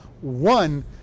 one